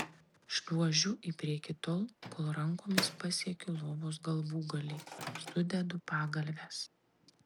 šliuožiu į priekį tol kol rankomis pasiekiu lovos galvūgalį sudedu pagalves